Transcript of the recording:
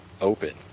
open